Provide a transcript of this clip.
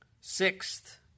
Sixth